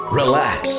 relax